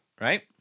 Right